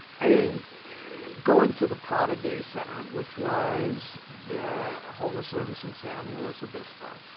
i mean going to the prado day center, which was the homeless service in san luis obispo